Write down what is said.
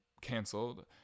canceled